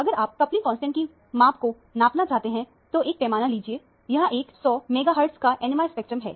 अगर आप coupling constant की माप को नापना चाहते हैं तो एक पैमाना लीजिए यह एक 100 मेगाहर्टज का NMR स्पेक्ट्रम है